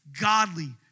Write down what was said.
godly